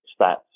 stats